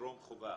מטרום חובה